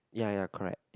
ya ya correct ya